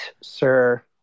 sir